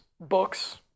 books